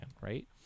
right